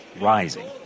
rising